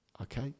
Okay